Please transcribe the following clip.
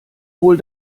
hol